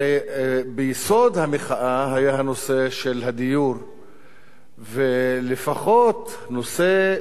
הרי ביסוד המחאה היה הנושא של הדיור ולפחות נושא,